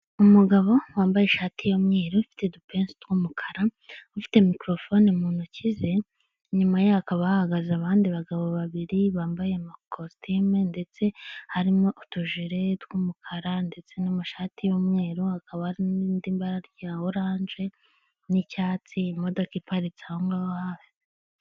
Umugabo wambaye ishati y'umweru, ifite udupesu tw'umukara, ufite mikorofone mu ntoki ze, inyuma ye hakaba hahagaze abandi bagabo babiri, bambaye amakositime ndetse harimo utujire tw'umukara ndetse n'amashati y'umweru, hakaba hari n'irindi bara rya oranje n'icyatsi, imodoka iparitse ahongaho hafi.